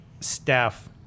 staff